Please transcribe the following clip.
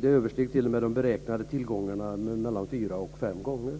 De översteg t.o.m. de beräknade tillgångarna mellan fyra och fem gånger.